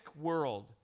world